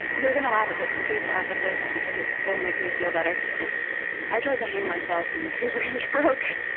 you're gonna laugh at this please laugh at this because it will make me feel better i tried to hang myself and the tree branch broke.